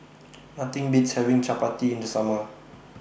Nothing Beats having Chappati in The Summer